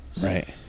Right